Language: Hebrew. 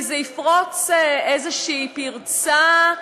כי זה יפרוץ איזושהי פרצה,